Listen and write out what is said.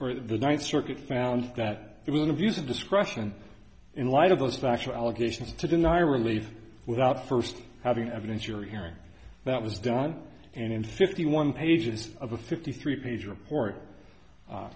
or the ninth circuit found that it was an abuse of discretion in light of those factual allegations to deny relief without first having evidence you're hearing that was done and fifty one pages of a fifty three page report